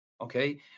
okay